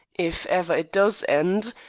if ever it does end,